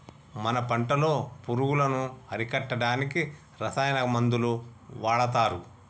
మన పంటలో పురుగులను అరికట్టడానికి రసాయన మందులు వాడతారు